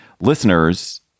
Listeners